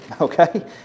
okay